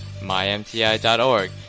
mymti.org